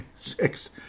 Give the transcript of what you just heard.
six